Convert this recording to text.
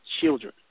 children